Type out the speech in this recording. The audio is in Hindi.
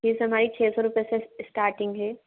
फीस हमारी छः सौ रुपये से स्टार्टिंग है